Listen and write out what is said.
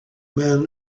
man